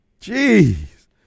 jeez